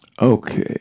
Okay